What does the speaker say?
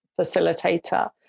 facilitator